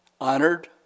honored